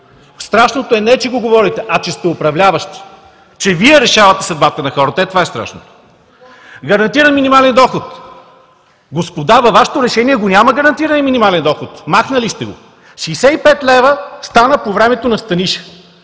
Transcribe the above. Страшното не е, че го говорите, а че сте управляващи и че Вие решавате съдбата на хората! Това е страшното. Гарантиран минимален доход. Господа, във Вашето решение няма гарантиран минимален доход! Махнали сте го. Шестдесет и пет лева стана по времето на Станишев,